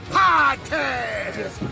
podcast